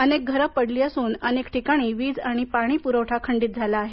अनेक घरं पडली असून अनेक ठिकाणी वीज आणि पाणी पुरवठा खंडित झाला आहे